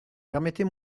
permettez